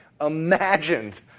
imagined